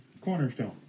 cornerstone